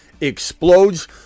explodes